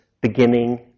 beginning